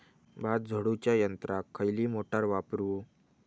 भात झोडूच्या यंत्राक खयली मोटार वापरू?